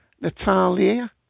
Natalia